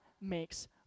makes